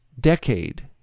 decade